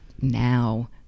now